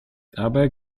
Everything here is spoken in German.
dabei